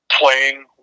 playing